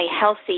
healthy